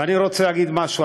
ואני רוצה להגיד משהו.